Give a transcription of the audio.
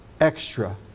extra